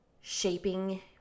shaping